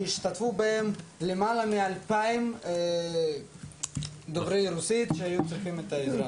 בהם השתתפו למעלה מ-2000 דוברי רוסית שהיו זקוקים לעזרה.